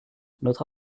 notre